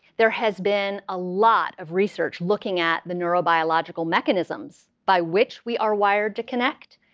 there has been a lot of research looking at the neurobiological mechanisms by which we are wired to connect.